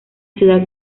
ciudad